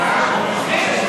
ביטול החוק),